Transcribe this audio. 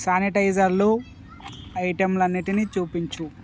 శానీటైజర్లు ఐటెంలన్నిటినీ చూపించు